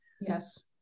Yes